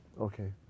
Okay